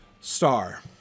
star